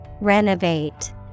Renovate